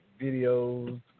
videos